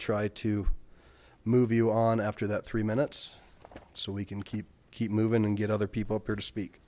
try to move you on after that three minutes so we can keep keep moving and get other people up here to speak